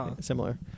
Similar